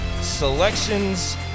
selections